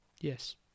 yes